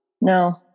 No